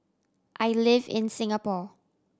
I live in Singapore